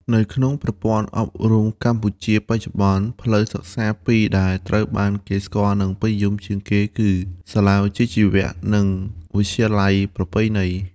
នៅក្នុងប្រព័ន្ធអប់រំកម្ពុជាបច្ចុប្បន្ន ផ្លូវសិក្សាពីរដែលត្រូវបានគេស្គាល់និងពេញនិយមជាងគេគឺ សាលាវិជ្ជាជីវៈ និង វិទ្យាល័យប្រពៃណី។